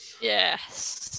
Yes